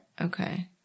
Okay